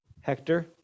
Hector